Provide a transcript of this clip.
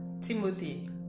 Timothy